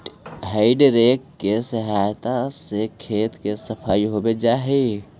हेइ rake के सहायता से खेत के सफाई हो जा हई